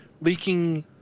leaking